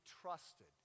trusted